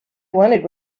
wanted